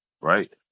right